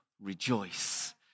rejoice